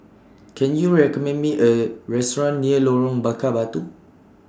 Can YOU recommend Me A Restaurant near Lorong Bakar Batu